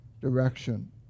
direction